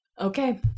Okay